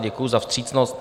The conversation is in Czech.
Děkuji za vstřícnost.